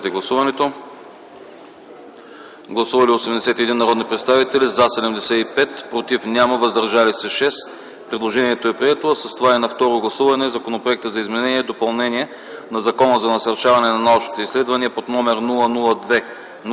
Гласували 81 народни представители: за 75, против няма, въздържали се 6. Предложението е прието, а с това на второ гласуване и Законът за изменение и допълнение на Закона за насърчаване на научните изследвания, под № 002-01-30,